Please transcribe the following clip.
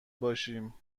باشیم